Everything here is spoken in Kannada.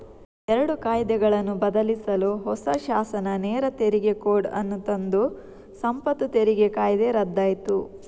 ಎರಡು ಕಾಯಿದೆಗಳನ್ನು ಬದಲಿಸಲು ಹೊಸ ಶಾಸನ ನೇರ ತೆರಿಗೆ ಕೋಡ್ ಅನ್ನು ತಂದು ಸಂಪತ್ತು ತೆರಿಗೆ ಕಾಯ್ದೆ ರದ್ದಾಯ್ತು